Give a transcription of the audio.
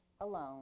alone